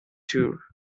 tour